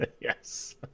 Yes